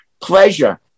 pleasure